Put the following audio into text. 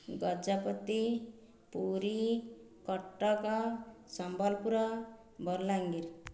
Gajapati Puri Cuttack Sambalpur Balangir